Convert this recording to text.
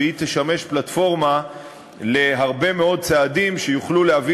וצריך שהיא תשמש פלטפורמה להרבה מאוד צעדים שיוכלו להביא